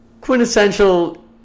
quintessential